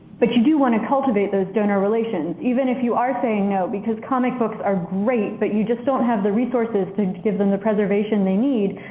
but you do want to cultivate those donor relations even if you are saying no because comic books are great, but you just don't have the resources to and to give them the preservation they need.